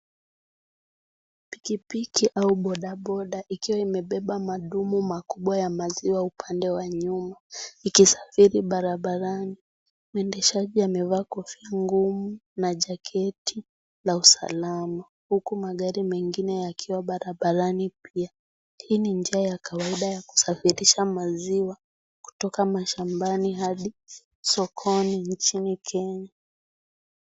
Pikipiki au bodaboda ikiwa imebeba madumu makubwa ya maziwa upande wa nyuma. Ikisafiri barabarani , mwendeshaji amevaa kofia ngumu na jacket la usalama , uku magari mengine yakiwa barabarani pia, hii ni njia kawaida ya kusafirisha maziwa kutoka mashambani hadi sokoni inchini Kenya.